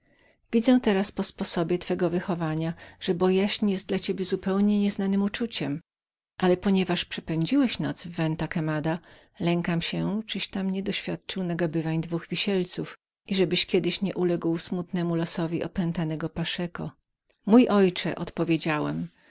widzę teraz po sposobie twego wychowania że bojaźń jest dla ciebie zupełnie nieznanem uczuciem ale ponieważ przepędziłeś noc w venta quemadaventa quemada lękam się abyś tam nie był doświadczył nagabań dwóch wisielców i żebyś kiedyś nie uległ smutnemu losowi opętanego paszeko paszeko wielebny ojcze odpowiedziałem